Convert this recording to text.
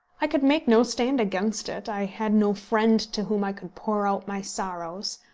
i could make no stand against it. i had no friend to whom i could pour out my sorrows.